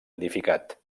edificat